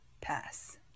Pass